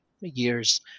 years